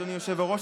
אדוני היושב-ראש,